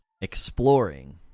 Exploring